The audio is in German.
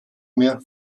mehr